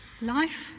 Life